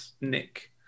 Nick